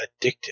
addictive